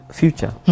future